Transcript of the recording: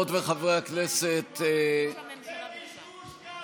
מה עם ועדת חקירה לפגישות שלך עם נוני מוזס?